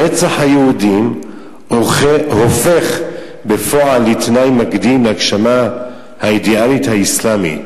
רצח היהודים הופך בפועל לתנאי מקדים להגשמה האידיאלית האסלאמית.